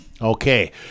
Okay